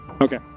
Okay